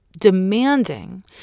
demanding